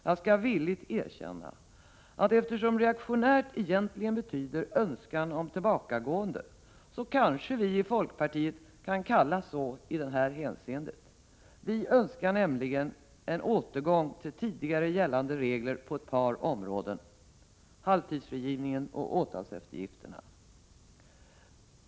Jag skall villigt erkänna att eftersom reaktionärt egentligen betyder önskan om tillbakagående kanske vi i folkpartiet kan kallas så i detta hänseende. Vi önskar nämligen en återgång till tidigare gällande regler på ett par områden, nämligen när det gäller halvtidsfrigivningen och åtalseftergifterna.